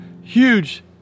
huge